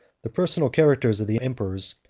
the personal characters of the emperors,